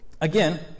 Again